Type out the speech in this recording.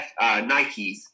Nikes